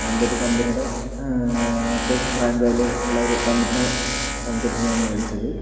നല്ലൊരു കമ്പനിയുടെ അത്യാവശ്യം ബ്രാൻഡ് വാല്യൂ ഉള്ള ആ ഒരു കമ്പനിയുടെ ഹോം തിയേറ്റർ തന്നെയാണ് മേടിച്ചത്